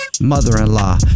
mother-in-law